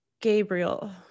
Gabriel